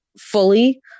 fully